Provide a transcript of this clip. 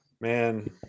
Man